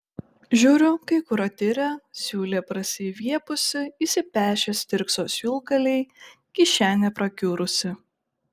žiūriu kai kur atirę siūlė prasiviepusi išsipešę stirkso siūlgaliai kišenė prakiurusi